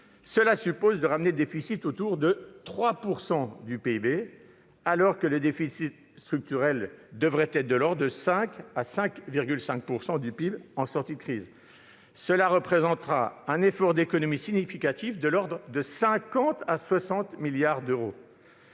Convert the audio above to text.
suppose de ramener le déficit autour de 3 % du PIB, alors que le déficit structurel devrait être de l'ordre de 5 % à 5,5 % en sortie de crise. Cela représentera un effort d'économies significatif de l'ordre de 50 à 60 milliards d'euros.